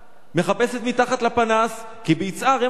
מחפשת מתחת לפנס, כי ביצהר הם הפושעים.